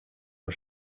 und